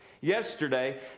yesterday